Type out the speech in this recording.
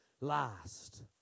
last